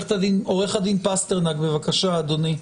עורך הדין פסטרנק, בבקשה אדוני.